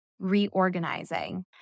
reorganizing